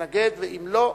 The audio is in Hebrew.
ואם לא,